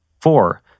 four